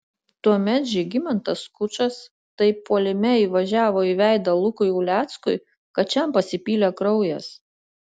tuomet žygimantas skučas taip puolime įvažiavo į veidą lukui uleckui kad šiam pasipylė kraujas